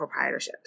proprietorships